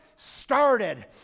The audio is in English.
started